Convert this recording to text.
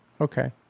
Okay